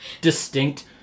distinct